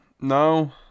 No